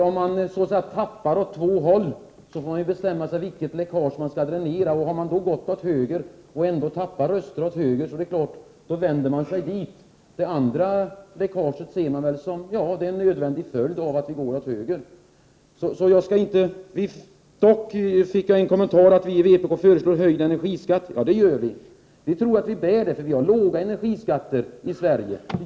Om man så att säga tappar åt två håll, får man bestämma sig för vilket läckage man skall dränera. Har man gått åt höger och ändå tappar röster åt höger, är det klart att då vänder man sig dit. Det andra läckaget ser man väl som en nödvändig följd av att man själv går åt höger. Dock fick jag en kommentar till att vi i vpk föreslår höjd energiskatt. Ja, vi tror att svenska folket kan bära det, för vi har låga energiskatter i Sverige.